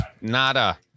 Nada